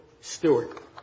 Stewart